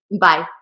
Bye